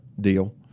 deal